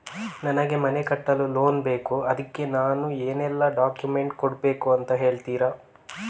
ನನಗೆ ಮನೆ ಕಟ್ಟಲು ಲೋನ್ ಬೇಕು ಅದ್ಕೆ ನಾನು ಏನೆಲ್ಲ ಡಾಕ್ಯುಮೆಂಟ್ ಕೊಡ್ಬೇಕು ಅಂತ ಹೇಳ್ತೀರಾ?